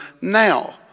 now